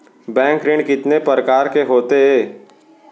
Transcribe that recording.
Bank ऋण कितने परकार के होथे ए?